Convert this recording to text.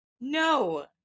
No